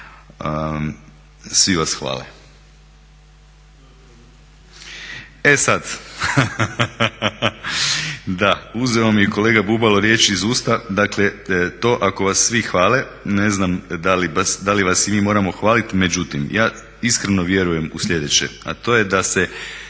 svi vas hvale.